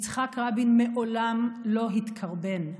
יצחק רבין מעולם לא התקרבן.